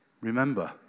Remember